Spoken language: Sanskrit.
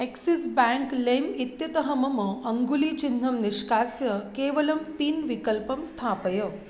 एक्सिस् बेङ्क् लैम् इत्यतः मम अङ्गुलीचिह्नं निष्कास्य केवलं पिन् विकल्पं स्थापय